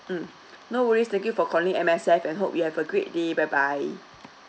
mm no worries thank you for calling M_S_F and hope you have a great day bye bye